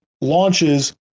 launches